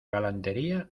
galantería